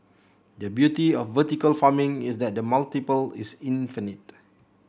the beauty of vertical farming is that the multiple is infinite